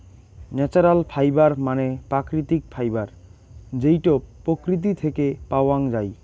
natural fibre মানে প্রাকৃতিক fibre যেইটো প্রকৃতি থেকে পাওয়াঙ যাই